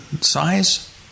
size